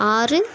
ஆறு